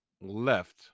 left